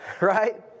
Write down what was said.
right